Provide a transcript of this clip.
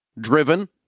Driven